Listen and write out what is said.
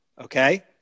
Okay